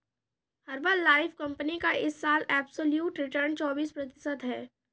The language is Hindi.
हर्बललाइफ कंपनी का इस साल एब्सोल्यूट रिटर्न चौबीस प्रतिशत है